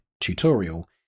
tutorial